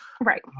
Right